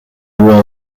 brewer